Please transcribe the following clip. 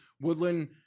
Woodland